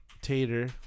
tater